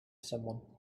someone